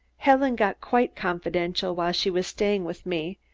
helen got quite confidential while she was staying with me,